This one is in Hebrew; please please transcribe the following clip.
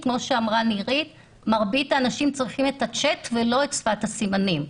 כמו שאמרה לירית מרבית האנשים צריכים את הצ'אט ולא את שפת הסימנים.